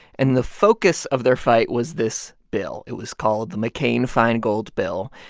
and the focus of their fight was this bill. it was called the mccain-feingold bill,